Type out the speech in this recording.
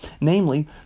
namely